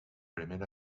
primer